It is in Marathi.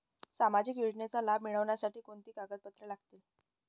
सामाजिक योजनेचा लाभ मिळण्यासाठी कोणती कागदपत्रे लागतील?